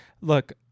Look